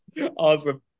Awesome